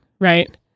right